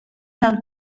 del